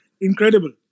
Incredible